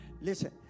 Listen